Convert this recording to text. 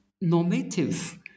normative